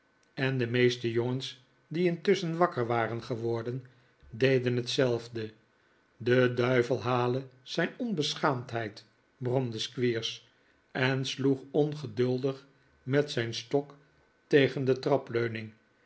en de meeste jongens die intusschen wakker waren geworden deden hetzelfde de duivel hale zijn onbeschaamdheid bromde squeers en sloeg ongeduldig met zijn stok tegen de trapleuning